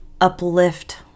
uplift